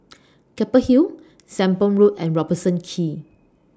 Keppel Hill Sembong Road and Robertson Quay